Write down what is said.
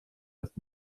erst